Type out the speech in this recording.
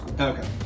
Okay